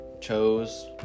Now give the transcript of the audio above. chose